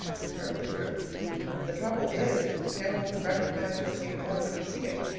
it's terribly true and the trouble is that you can't always recognize your cape horn when you see it.